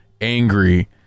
angry